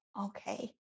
okay